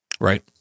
right